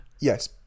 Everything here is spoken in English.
Yes